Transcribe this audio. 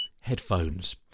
Headphones